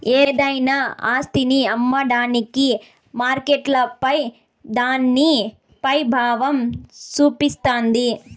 ఏదైనా ఆస్తిని అమ్మేదానికి మార్కెట్పై దాని పెబావం సూపిస్తాది